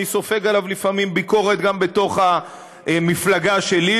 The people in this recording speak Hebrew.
אני סופג עליו לפעמים ביקורת גם בתוך המפלגה שלי,